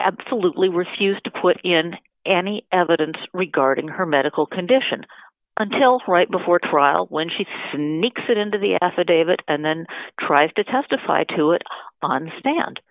absolutely refused to put in any evidence regarding her medical condition until right before trial when she sneaks it into the affidavit and then tries to testify to it on the stand